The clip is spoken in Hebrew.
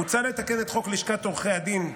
מוצע לתקן את חוק לשכת עורכי הדין,